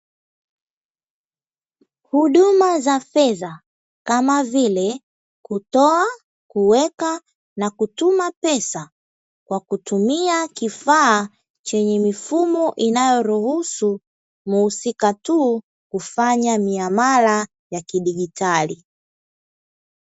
Huduma za fedha kama vile kutoa, kuweka na kutuma pesa, kwa kutumia kifaa chenye mifumo inayoruhusu muhusika tu kufanya miamala ya kidigitali.